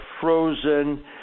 frozen